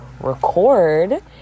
record